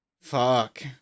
Fuck